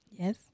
Yes